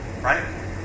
Right